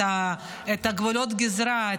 את גבולות הגזרה,